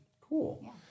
cool